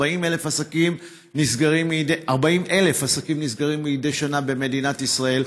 40,000 עסקים נסגרים מדי שנה במדינת ישראל.